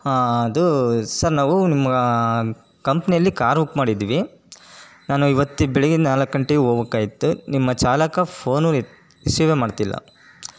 ಹಾಂ ಅದು ಸರ್ ನಾವು ನಿಮ್ಮ ಕಂಪ್ನಿಯಲ್ಲಿ ಕಾರ್ ಬುಕ್ ಮಾಡಿದ್ವಿ ನಾನು ಇವತ್ತು ಬೆಳಿಗ್ಗೆ ನಾಲ್ಕು ಗಂಟೆಗ್ ಹೋಗ್ಬಕಾಗಿತ್ತು ನಿಮ್ಮ ಚಾಲಕ ಫೋನೂ ಎತ್ತು ರಿಸೀವೇ ಮಾಡ್ತಿಲ್ಲ